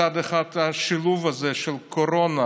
מצד אחד השילוב הזה של קורונה,